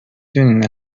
دونین